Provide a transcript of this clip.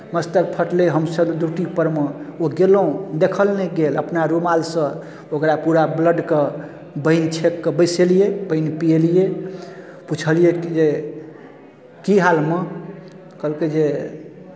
मस्तक फटलै हमसभ ड्यूटीपर मे ओ गेलहुँ देखल नहि गेल अपना रुमालसँ ओकरा पूरा ब्लडके बान्हि छेकि कऽ बैसेलियै पानि पियेलियै पुछलियै कि जे की हाल माँ कहलकै जे